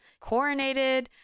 coronated